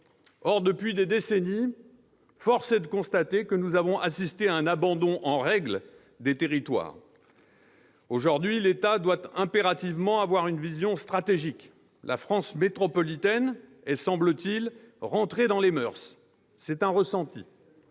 Or, depuis des décennies, force est de constater que nous avons assisté à un abandon en règle des territoires. Aujourd'hui, l'État doit impérativement avoir une vision stratégique. La France métropolitaine est, semble-t-il, entrée dans les moeurs : c'est un ressenti.